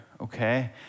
okay